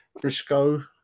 Briscoe